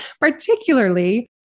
Particularly